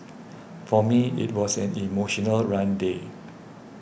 for me it was an emotional run day